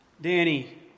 Danny